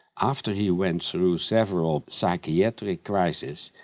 after he went through several psychiatric crises,